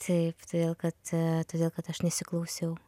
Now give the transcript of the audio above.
taip todėl kad todėl kad aš nesiklausiau